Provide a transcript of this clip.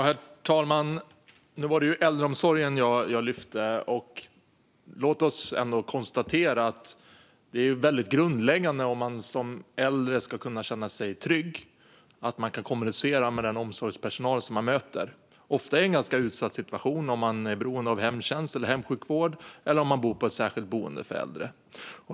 Herr talman! Nu var det ju äldreomsorgen jag lyfte fram. Låt oss ändå konstatera att det är väldigt grundläggande att man som äldre ska kunna känna sig trygg med att man kan kommunicera med den omsorgspersonal man möter, ofta i en ganska utsatt situation om man är beroende av hemtjänst eller hemsjukvård eller bor på särskilt boende för äldre.